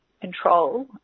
control